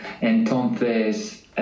Entonces